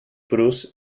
bruce